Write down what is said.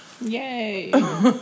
Yay